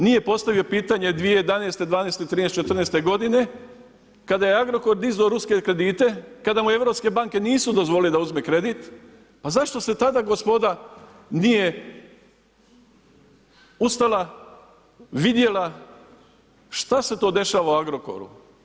Nitko nije postavio pitanje 2011., 2012., 2013., 2014. godine kada je Agrokor dizao ruske kredite, kada mu europske banke nisu dozvolile da uzme kredit, a zašto se tada gospoda nije ustala, vidjela šta se to dešava u Agrokoru.